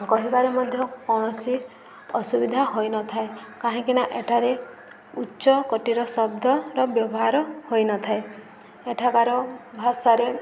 କହିବାରେ ମଧ୍ୟ କୌଣସି ଅସୁବିଧା ହୋଇନଥାଏ କାହିଁକିନା ଏଠାରେ ଉଚ୍ଚ କୋଟିର ଶବ୍ଦର ବ୍ୟବହାର ହୋଇନଥାଏ ଏଠାକାର ଭାଷାରେ